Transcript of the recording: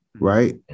right